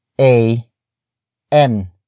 A-N